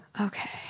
Okay